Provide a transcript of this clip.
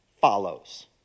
follows